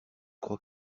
crois